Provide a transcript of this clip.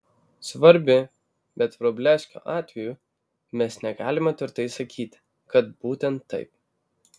svarbi bet vrublevskio atveju mes negalime tvirtai sakyti kad būtent taip